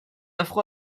afro